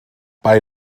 bei